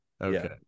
Okay